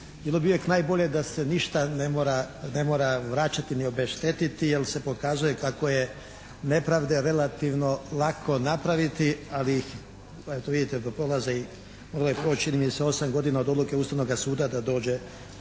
Bilo bi uvijek najbolje da se ništa ne mora vraćati ni obeštetiti jer se pokazuje kako je nepravde relativno lako napraviti, ali ih, pa eto vidite …/Govornik se ne razumije./… čini mi se 8 godina od odluke Ustavnoga suda da dođe